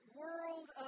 world